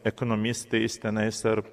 ekonomistais tenais ar